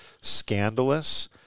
scandalous